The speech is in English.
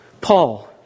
Paul